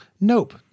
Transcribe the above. Nope